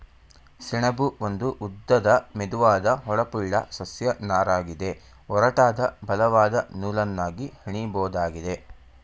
ಸೆಣಬು ಒಂದು ಉದ್ದದ ಮೆದುವಾದ ಹೊಳಪುಳ್ಳ ಸಸ್ಯ ನಾರಗಿದೆ ಒರಟಾದ ಬಲವಾದ ನೂಲನ್ನಾಗಿ ಹೆಣಿಬೋದಾಗಿದೆ